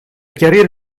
chiarire